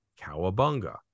cowabunga